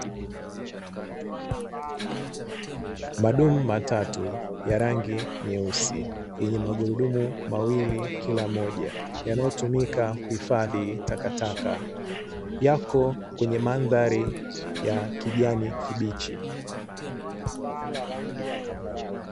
Madumu matatu ya rangi nyeusi yenye magurudumu mawili kila mmoja yanayotumika kuhifadhi takataka yako kwenye mandhari ya kijani kibichi.